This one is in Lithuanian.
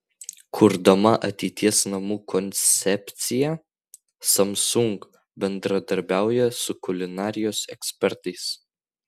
kurdama ateities namų koncepciją samsung bendradarbiauja su kulinarijos ekspertais